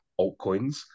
altcoins